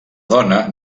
dona